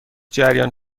جریان